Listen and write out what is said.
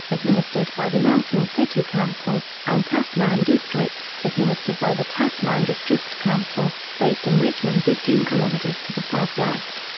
administered by the nelson city council, and tasman district, administered by the tasman district council, based in richmond fifteen kilometres to the southwest.